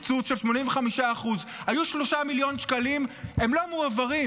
יש קיצוץ של 85%. היו 3 מיליון שקלים והם לא מועברים.